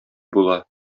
була